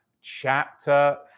chapter